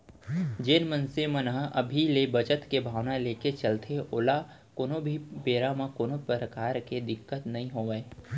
जेन मनसे मन ह अभी ले बचत के भावना लेके चलथे ओला कोनो भी बेरा म कोनो परकार के दिक्कत नइ होवय